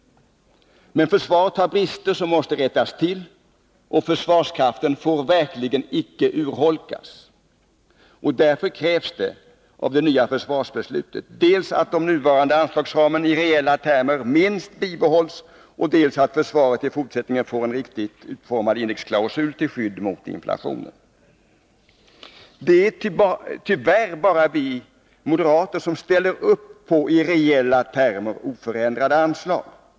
Men försvaret har brister som måste rättas till, och försvarskraften får verkligen inte urholkas. Därför krävs det av det nya försvarsbeslutet dels att de nuvarande anslagsramarna i reella termer minst bibehålls, dels att försvaret i fortsättningen får en riktigt utformad indexklausul till skydd mot inflationen. Det är tyvärr bara vi moderater som ställer upp på i reella termer oförändrade anslag.